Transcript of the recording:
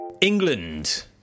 England